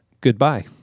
Goodbye